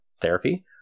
therapy